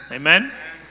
amen